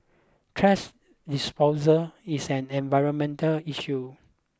trash disposal is an environmental issue